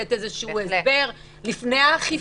לתת איזשהו הסבר לפני האכיפה?